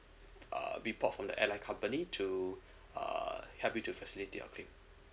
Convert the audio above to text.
uh report from the airline company to uh help you to facilitate on it